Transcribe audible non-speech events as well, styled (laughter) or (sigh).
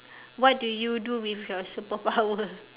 what do you do with your (laughs) superpower